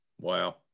Wow